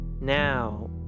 now